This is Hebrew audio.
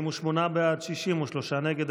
48 בעד, 63 נגד.